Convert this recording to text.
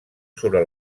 sobre